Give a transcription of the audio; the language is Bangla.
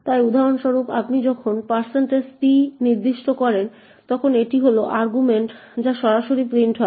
তাই উদাহরণস্বরূপ আপনি যখন t নির্দিষ্ট করেন তখন এটি হল আর্গুমেন্ট যা সরাসরি প্রিন্ট হয়